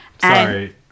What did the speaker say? Sorry